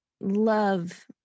love